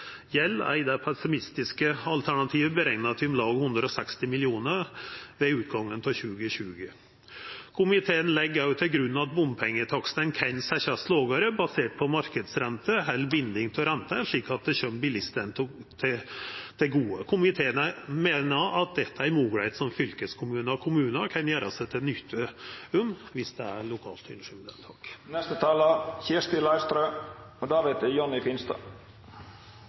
gjeld er i det pessimistiske alternativet berekna til om lag 160 mill. kr ved utgangen av 2020. Komiteen legg òg til grunn at bompengetakstane kan setjast lågare, basert på marknadsrente eller binding av renta, slik at det kjem bilistane til gode. Komiteen meiner dette er ei moglegheit som fylkeskommunar og kommunar kan gjera seg nytte av dersom det er eit lokalt ønske om det. Fylkesvei 33 er hovedveiforbindelsen mellom Valdres og